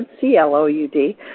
C-L-O-U-D